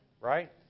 Right